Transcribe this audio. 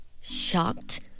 shocked